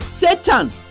Satan